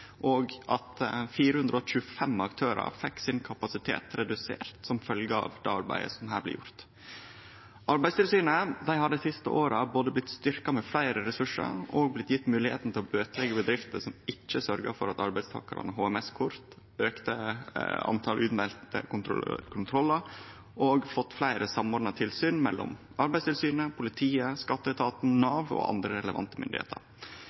og at 425 aktørar fekk redusert kapasitet som følgje av det arbeidet som her blir gjort. Arbeidstilsynet har dei siste åra både blitt styrkt med fleire ressursar og gjeve moglegheita til bøteleggje bedrifter som ikkje sørgjer for at arbeidstakarane har HMS-kort, auke talet på umelde kontrollar og fått fleire samordna tilsyn mellom Arbeidstilsynet, politiet, skatteetaten, Nav og andre relevante myndigheiter.